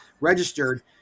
registered